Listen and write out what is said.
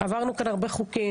עברנו כאן הרבה חוקים.